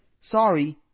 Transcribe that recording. sorry